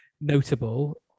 notable